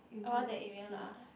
around the area lah